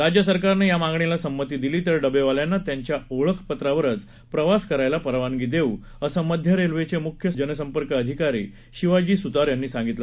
राज्य सरकारनं या मागणीला संमती दिली तर डबेवाल्यांना त्यांच्या ओळख पत्रावर प्रवास करायला परवानगी देऊ असं मध्य रेल्वेचे मुख्य जनसंपर्क अधिकारी शिवाजी सुतार यांनी सांगितलं